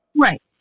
Right